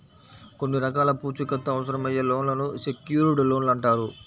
కొన్ని రకాల పూచీకత్తు అవసరమయ్యే లోన్లను సెక్యూర్డ్ లోన్లు అంటారు